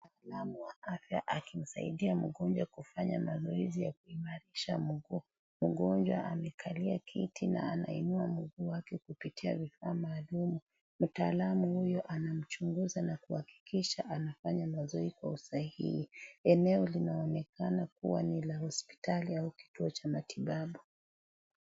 Mtaalamu wa afya akimsaidia mgonjwa kufanya mazoezi ya kuimarisha mguu. Mgonjwa amekalia kiti na anainua mguu wake kupitia vifaa maalum. Mtaalamu huyo anamchunguza na kuhakikisha anafanya mazoezi kwa usahihi. Eneo linaokena kuwa ni la hospitali au kituo cha matibabu.